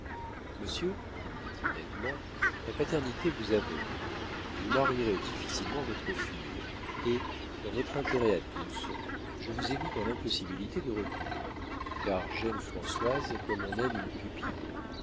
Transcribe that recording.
monsieur lui dit-il nettement la paternité vous aveugle vous marierez difficilement votre fille et dans votre intérêt à tous je vous ai mis dans l'impossibilité de reculer car j'aime françoise comme on aime une pupille